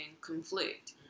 conflict